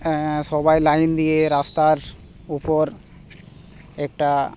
সবাই লাইন দিয়ে রাস্তার উপর একটা